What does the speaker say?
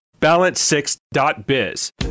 Balance6.biz